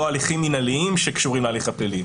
הליכים מינהליים שקשורים להליך הפלילי,